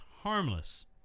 harmless